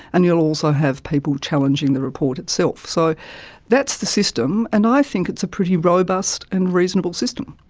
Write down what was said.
and you will also have people challenging the report itself. so that's the system and i think it's a pretty robust and reasonable system.